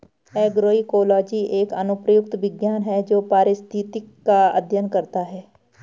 agroecology एक अनुप्रयुक्त विज्ञान है जो पारिस्थितिक का अध्ययन करता है